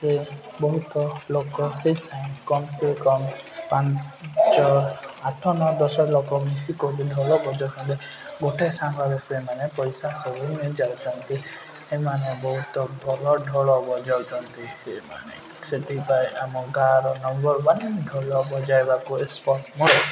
ସେ ବହୁତ ଲୋକ କମ୍ ସେ କମ୍ ପାଞ୍ଚ ଆଠ ନ ଦଶ ଲୋକ ମିଶିକି ଢୋଲ ବଜାଉଛନ୍ତି ଗୋଟେ ସାଙ୍ଗରେ ସେମାନେ ପଇସା ସବୁ ନେଇ ଯାଉଛନ୍ତି ଏମାନେ ବହୁତ ଭଲ ଢୋଳ ବଜାଉଛନ୍ତି ସେମାନେ ସେଥିପାଇଁ ଆମ ଗାଁର ନମ୍ବର ୱାନ ଢୋଲ ବଜାଇବାକୁ ଏକ୍ସପର୍ଟ